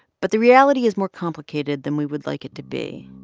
but the reality is more complicated than we would like it to be.